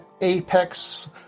apex